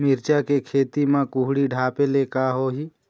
मिरचा के खेती म कुहड़ी ढापे ले का होही?